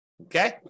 okay